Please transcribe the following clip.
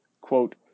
quote